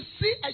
see